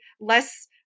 less